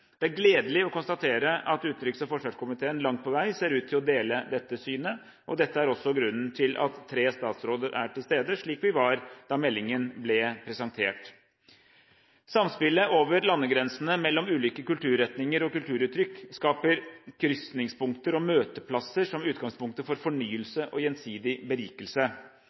Det er gledelig å konstatere at utenriks- og forsvarskomiteen langt på vei ser ut til å dele dette synet. Det er også grunnen til at tre statsråder er til stede, slik vi var da meldingen ble presentert. Samspillet over landegrensene mellom ulike kulturretninger og kulturuttrykk skaper krysningspunkter og møteplasser som utgangspunkt for fornyelse og gjensidig berikelse.